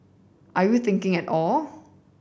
are you thinking at all